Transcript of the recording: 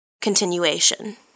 continuation